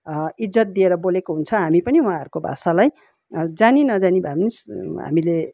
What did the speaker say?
इज्जत दिएर बोलेको हुन्छ हामी पनि उहाँहरूको भाषालाई जानी नजानी भए पनि हामीले